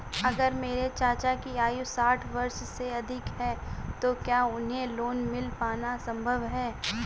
अगर मेरे चाचा की आयु साठ वर्ष से अधिक है तो क्या उन्हें लोन मिल पाना संभव है?